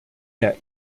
herr